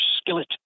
skillet